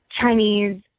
Chinese